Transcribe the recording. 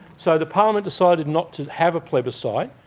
so the parliament decided not to have a plebiscite.